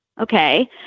Okay